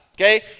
okay